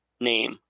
name